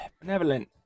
Benevolent